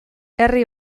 herri